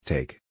Take